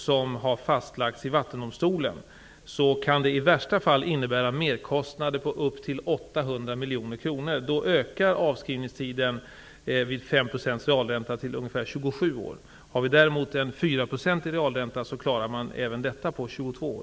I värsta fall kan detta innebära merkostnader på upp till 800 miljoner kronor. Med 5 % realränta ökar då avskrivningstiden till ungefär 27 år. Om det däremot är en realränta på 4 % klarar man även av detta på 22 år.